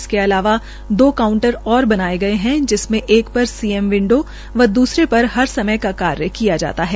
इसके अलावा दो कांउटर और बनाये गये है जिसमें एक पर सीएम विंडो व द्सरे कांउटर पर हरसमय का कार्य किया जाता है